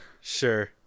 sure